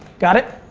got it?